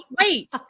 wait